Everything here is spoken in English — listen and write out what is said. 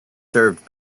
served